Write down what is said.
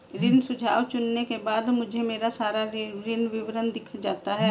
ऋण सुझाव चुनने के बाद मुझे मेरा सारा ऋण विवरण दिख जाता है